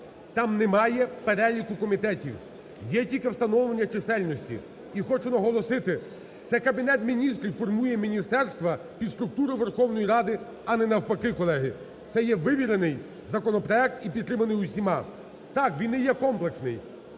Там немає переліку комітетів, є тільки встановлення чисельності. І хочу наголосити, це Кабінет Міністрів формує міністерства під структуру Верховної Ради, а не навпаки, колеги. Це є вивірений законопроект і підтриманий усіма. Так, він не є комплексний,